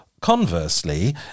Conversely